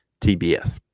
TBS